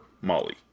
Molly